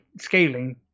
scaling